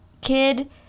kid